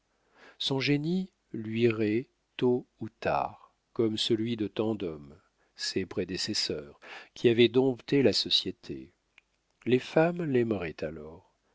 son génie luirait tôt ou tard comme celui de tant d'hommes ses prédécesseurs qui avaient dompté la société les femmes l'aimeraient alors